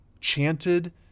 chanted